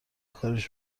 کاریش